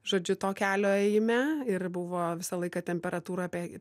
žodžiu to kelio ėjime ir buvo visą laiką temperatūra apie